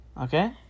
Okay